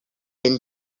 been